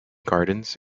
gardens